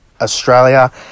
Australia